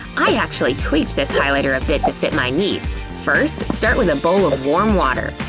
i actually tweaked this highlighter a bit to fit my needs. first, start with a bowl of warm water.